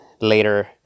later